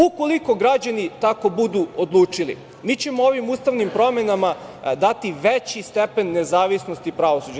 Ukoliko građani tako budu odlučili, mi ćemo ovim ustavnim promenama dati veći stepen nezavisnosti pravosuđa.